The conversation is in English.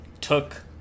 took